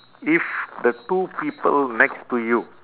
if the two people next to you